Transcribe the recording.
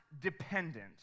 dependent